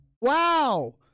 wow